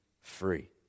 free